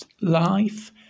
life